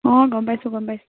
অঁ গম পাইছোঁ গম পাইছোঁ